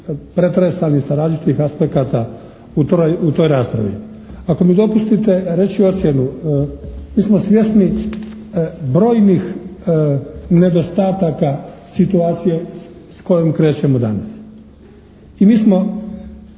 pretresani sa različitih aspekata u toj raspravi. Ako mi dopustite reći ću ocjenu. Mi smo svjesni brojnih nedostataka situacije s kojom krećemo danas i mi smo,